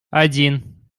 один